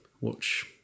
watch